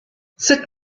sut